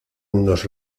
unos